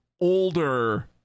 older